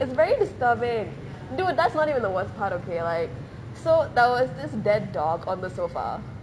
it's very disturbing dude that's not even the worst part okay like so there was this dead dog on the sofa